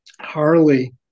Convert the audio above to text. Harley